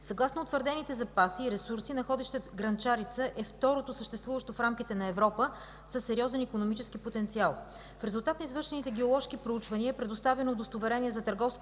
Съгласно утвърдените запаси и ресурси находището Грънчарица е второто съществуващо в рамките на Европа със сериозен икономически потенциал. В резултат на извършените геоложки проучвания е предоставено удостоверение за търговско